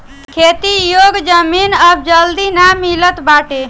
खेती योग्य जमीन अब जल्दी ना मिलत बाटे